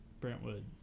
Brentwood